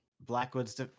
Blackwood's